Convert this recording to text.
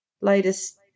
latest